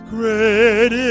Great